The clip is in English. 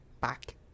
back